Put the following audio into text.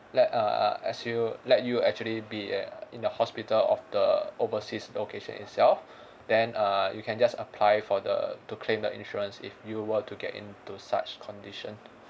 let err as you let you actually be uh in the hospital of the overseas location itself then err you can just apply for the to claim the insurance if you were to get into such condition